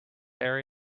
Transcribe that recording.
area